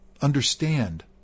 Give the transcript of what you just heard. understand